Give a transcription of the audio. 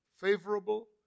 Favorable